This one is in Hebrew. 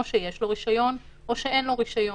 או שיש לו רישיון או שאין לו רישיון.